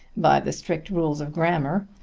by the strict rules of grammar,